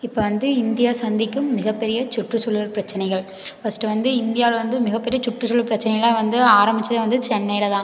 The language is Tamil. இப்போ வந்து இந்தியா சந்திக்கும் மிகப்பெரிய சுற்றுச்சூழல் பிரச்சினைகள் ஃபஸ்ட் வந்து இந்தியாவில் வந்து மிகப்பெரிய சுற்றுச்சூழல் பிரச்சினைகள்லாம் வந்து ஆரம்பிச்சது வந்து சென்னையில் தான்